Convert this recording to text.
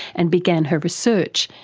and began her research,